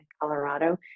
Colorado